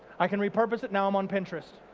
i can repurpose it, now i'm on pinterest.